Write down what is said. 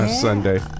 Sunday